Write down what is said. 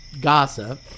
Gossip